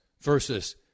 versus